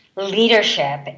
Leadership